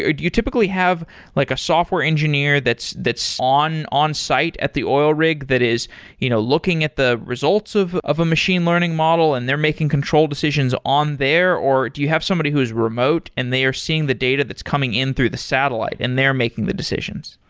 ah do you typically have like a software engineer that's that's onsite at the oil rig that is you know looking at the results of of a machine learning model and they're making control decisions on there or do you have somebody who's remote and they are seeing the data that's coming in through the satellite and they're making the decisions?